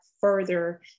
further